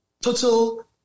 total